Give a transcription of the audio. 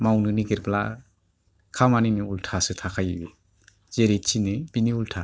मावनो नागिरब्ला खामानिनि उल्थासो थाखायो बियो जेरै थिनो बिनि उल्था